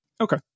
okay